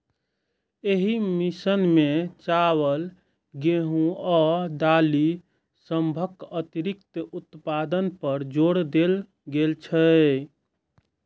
एहि मिशन मे चावल, गेहूं आ दालि सभक अतिरिक्त उत्पादन पर जोर देल गेल रहै